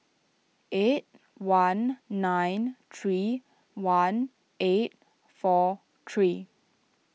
eight one nine three one eight four three